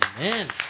Amen